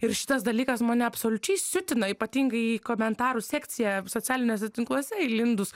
ir šitas dalykas mane absoliučiai siutina ypatingai į komentarų sekciją socialiniuose tinkluose įlindus